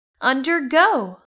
undergo